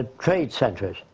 ah trade centers,